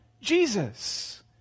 Jesus